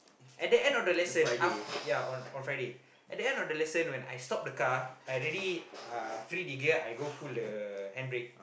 at the end of the lesson aft~ ya on on Friday at the end of the lesson when I stop the car I already uh free the gear I go pull the handbrake